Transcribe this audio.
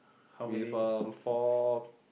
with um four